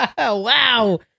Wow